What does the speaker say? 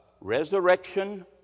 resurrection